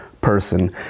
person